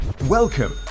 Welcome